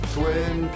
Twin